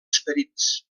esperits